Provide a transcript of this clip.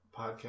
podcast